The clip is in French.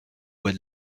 lois